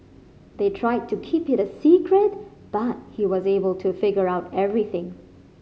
they tried to keep it a secret but he was able to figure out everything